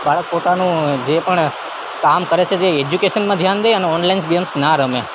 બાળક પોતાનું જે પણ કામ કરે છે તે એજ્યુકેશનમાં ધ્યાન દે અને ઓનલાઈન ગેમ્સ ના રમે